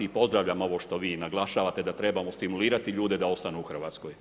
I pozdravljam ovo što vi naglašavate da trebamo stimulirati ljude da ostanu u Hrvatskoj.